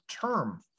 term